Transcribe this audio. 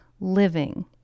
living